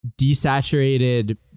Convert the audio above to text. desaturated